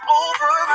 over